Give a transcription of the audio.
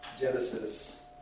Genesis